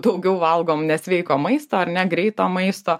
daugiau valgom nesveiko maisto ar ne greito maisto